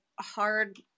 hard